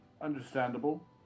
Understandable